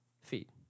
feet